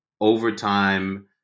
overtime